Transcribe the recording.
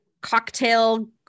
cocktail